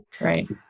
Right